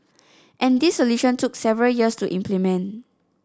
and this solution took several years to implement